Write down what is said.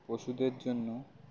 পশুদের জন্য